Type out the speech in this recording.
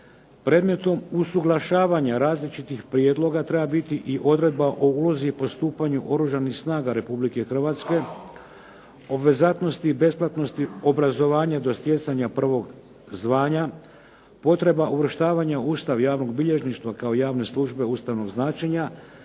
Predmetom usuglašavanja različitih prijedloga treba biti i odredba o ulozi i postupanju Oružanih snaga Republike Hrvatske, obvezatnosti i besplatnosti obrazovanja do stjecanja prvog zvanja, potreba uvrštavanja u Ustav i javnog bilježništva kao javne službe ustavnog značenja,